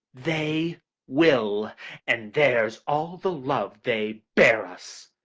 they will and there's all the love they bear us.